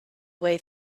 way